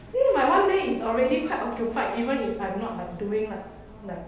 see my one day is already quite occupied even if I'm not like doing like like